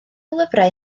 lyfrau